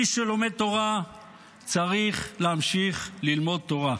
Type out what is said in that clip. מי שלומד תורה צריך להמשיך ללמוד תורה,